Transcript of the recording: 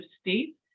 state